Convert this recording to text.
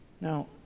Now